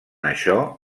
això